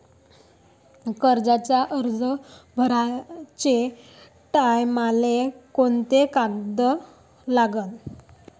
कर्जाचा अर्ज भराचे टायमाले कोंते कागद लागन?